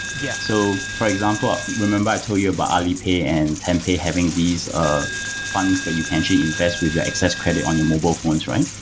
yeah so for example, remember i told you about alipay and tenpay having these ah funds that you can invest with your excess credit on your mobile phones, right?